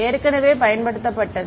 ஏற்கனவே பயன்படுத்தப்பட்டது